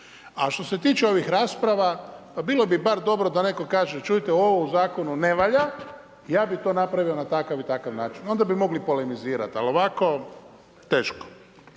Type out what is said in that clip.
A što se tiče ovih rasprava, pa bilo bi bar dobro da netko kaže, čujte, ovo u Zakonu ne valja, ja bih to napravio na takav i takav način. Onda bi mogli polemizirati, ali ovako, teško.